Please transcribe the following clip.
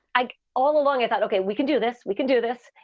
i all along, i thought, ok, we can do this. we can do this.